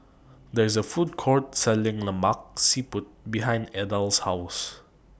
There IS A Food Court Selling Lemak Siput behind Adell's House